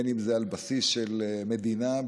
אם זה על בסיס של מדינה,